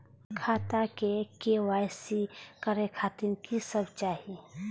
खाता के के.वाई.सी करे खातिर की सब चाही?